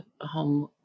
home